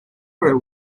were